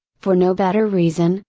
for no better reason,